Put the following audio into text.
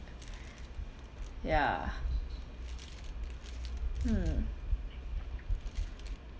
ya hmm